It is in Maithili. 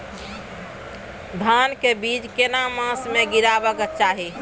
धान के बीज केना मास में गीरावक चाही?